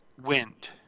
wind